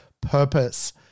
purpose